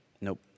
nope